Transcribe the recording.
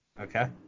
Okay